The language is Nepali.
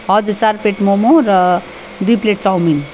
हजुर चार प्लेट मोमो र दुई प्लेट चाउमिन